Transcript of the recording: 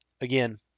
Again